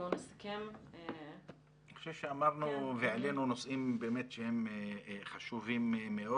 אני חושב שאמרנו והעלינו נושאים באמת שהם חשובים מאוד.